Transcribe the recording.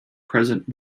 present